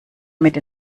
mit